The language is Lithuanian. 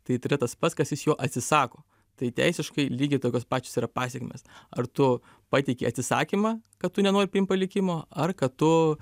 tai tai yra tas pats kas jis jo atsisako tai teisiškai lygiai tokios pačios yra pasekmės ar tu pateiki atsisakymą kad tu nenori priimt palikimo ar kad tu